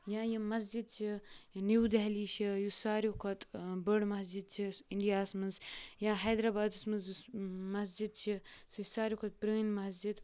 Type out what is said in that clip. یا یِم مسجِد چھِ یہِ نیٚو دہلی چھِ یُس ساروِی کھۄتہٕ بٔڈ مسجِد چھِ یُس اِنڈیا ہَس منٛز یا ہیدرآبادَس منٛز یُس مسجِد چھِ سُہ چھِ ساروِی کھۄتہٕ پرٛٲنۍ مسجِد